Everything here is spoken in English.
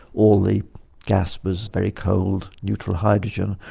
all the gas was very cold, neutral hydrogen,